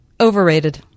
Overrated